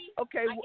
Okay